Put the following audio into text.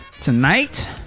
tonight